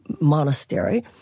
monastery